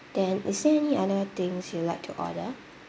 then is there any other things you like to order